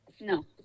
No